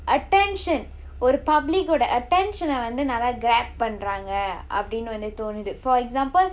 attention ஒரு:oru public ஓட:oda attention வந்து நல்லா:vanthu nallaa grab பண்ணுறாங்க அப்படின்னு வந்து தோணுது:pannuraanga appadinnu vanthu thonodu for example